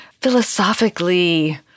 philosophically